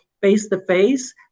face-to-face